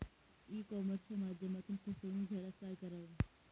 E कॉमर्सच्या माध्यमातून फसवणूक झाल्यास काय करावे?